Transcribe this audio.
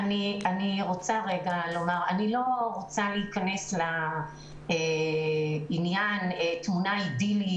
אני לא רוצה להיכנס לעניין של תמונה אידיאלית.